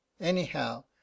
anyhow